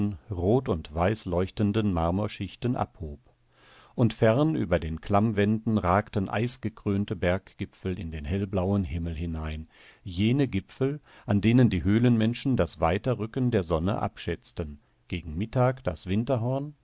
rot und weiß leuchtenden marmorschichten abhob und fern über den klammwänden ragten eisgekrönte berggipfel in den hellblauen himmel hinein jene gipfel an denen die höhlenmenschen das weiterrücken der sonne abschätzten gegen mittag das